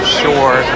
sure